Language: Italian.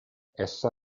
essa